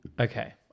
Okay